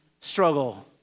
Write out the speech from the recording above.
struggle